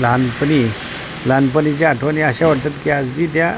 लहानपणी लहानपणीच्या आठवणी अशा वाटतात की आजबी त्या